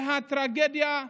והטרגדיה,